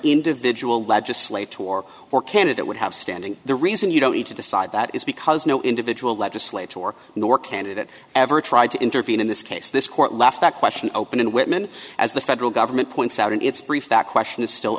individual legislate to or or candidate would have standing the reason you don't need to decide that is because no individual legislator or nor candidate ever tried to intervene in this case this court left that question open in whitman as the federal government points out in its brief that question is still